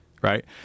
right